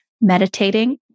meditating